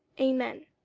amen.